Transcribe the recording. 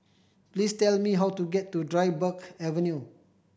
please tell me how to get to Dryburgh Avenue